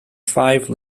five